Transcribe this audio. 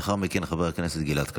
לאחר מכן חבר הכנסת גלעד קריב.